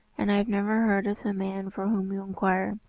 and i have never heard of the man for whom you inquire,